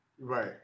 Right